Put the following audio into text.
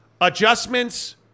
Adjustments